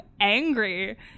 angry